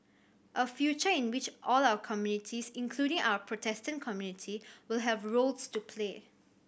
a future in which all our communities including our Protestant community will have roles to play